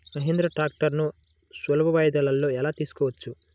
మహీంద్రా ట్రాక్టర్లను సులభ వాయిదాలలో ఎలా తీసుకోవచ్చు?